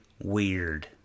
weird